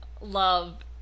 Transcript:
love